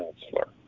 counselor